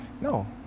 No